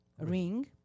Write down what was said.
ring